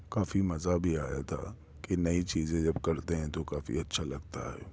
کافی مزہ بھی آیا تھا کہ نئی چیزیں جب کرتے ہیں تو کافی اچھا لگتا ہے